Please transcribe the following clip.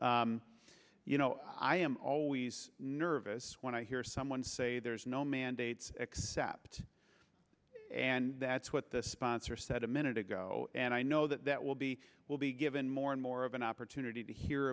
you know i am always nervous when i hear someone say there's no mandates except and that's what the sponsor said to me minute ago and i know that that will be will be given more and more of an opportunity to hear